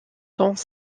dans